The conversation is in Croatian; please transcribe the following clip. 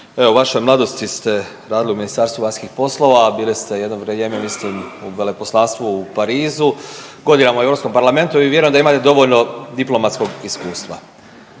evo u vašoj mladosti ste radili u Ministarstvu vanjskih poslova, bili ste jedno vrijeme mislim u veleposlanstvu u Parizu, godinama u Europskom parlamentu i vjerujem da imate dovoljno diplomatskog iskustva,